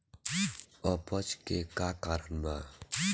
अपच के का कारण बा?